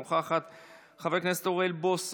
חבר הכנסת אלי אבידר,